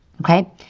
Okay